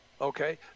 Okay